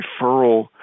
referral